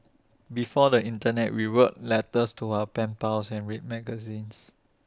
before the Internet we wrote letters to our pen pals and read magazines